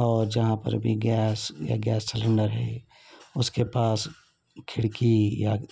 اور جہاں پر بھی گیس یا گیس سیلنڈر ہے اس کے پاس کھڑکی یا